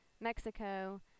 Mexico